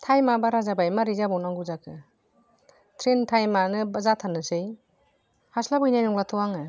थाइमा बारा जाबाय मारै जाबावनांगौ जाखो ट्रेन टाइम आनो जाथारनोसै हास्लाबहैनाय नंलाथ' आङो